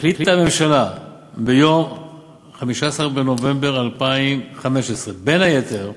החליטה הממשלה ביום 15 בנובמבר 2015, בין היתר,